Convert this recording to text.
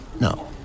No